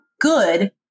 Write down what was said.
good